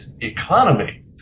economy